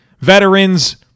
veterans